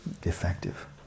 defective